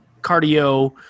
cardio